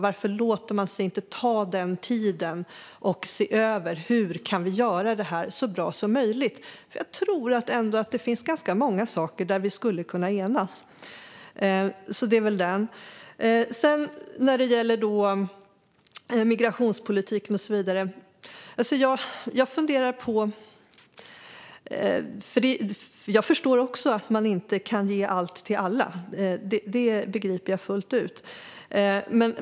Varför tar man sig inte den tiden och ser över hur vi kan göra detta så bra som möjligt? Jag tror ändå att det finns ganska många saker där vi skulle kunna enas. När det sedan gäller migrationspolitiken funderar jag lite grann. Jag förstår också att man inte kan ge allt till alla; det begriper jag fullt ut.